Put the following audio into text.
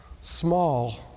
small